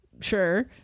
Sure